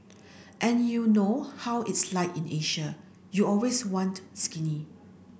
and you know how it's like in Asia you always want skinny